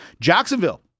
Jacksonville